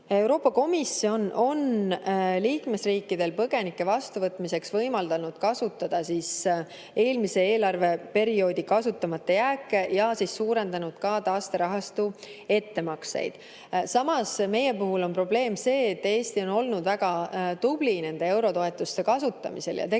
Euroopa Komisjon on liikmesriikidel põgenike vastuvõtmiseks võimaldanud kasutada eelmise eelarveperioodi kasutamata jääke ja suurendanud ka taasterahastu ettemakseid. Samas, meie puhul on probleem see, et Eesti on olnud väga tubli nende eurotoetuste kasutamisel ja tegelikult